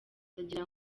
ndagira